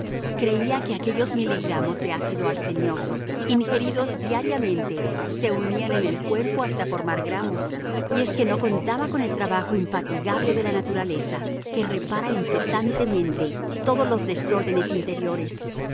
creía que aquellos miligramos de ácido arsenioso ingeridos diariamente se unían en el cuerpo hasta formar gramos y es que no contaba con el trabajo infatigable de la naturaleza que repara incesantemente todos los desórdenes interiores